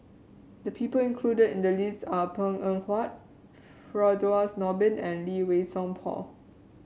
the people included in the list are Png Eng Huat Firdaus Nordin and Lee Wei Song Paul